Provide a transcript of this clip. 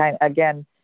Again